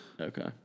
okay